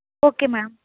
okay ma'am